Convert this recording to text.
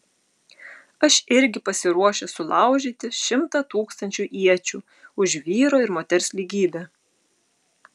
aš irgi pasiruošęs sulaužyti šimtą tūkstančių iečių už vyro ir moters lygybę